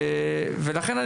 ולכן,